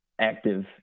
active